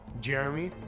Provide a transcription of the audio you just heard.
Jeremy